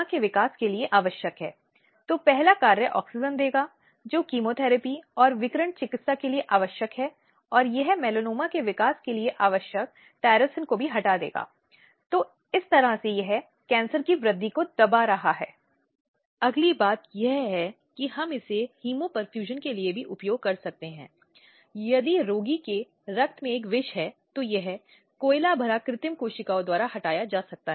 और इसके बाद उनके पास एक जीवन है जहां वे हैं वे कठपुतलियों की तरह और उनकी इच्छाओं के खिलाफ दिन प्रतिदिन काम करने की आवश्यकता होती है ग्राहकों की सेवा करना जो अपनी सेवाओं को प्राप्त करने के लिए पैसे देते हैं और इस प्रक्रिया में उसके अधिकार उसकी गरिमा उसकी स्वतंत्रताएं सभी का बलिदान होता है